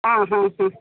ಹಾಂ ಹಾಂ ಹಾಂ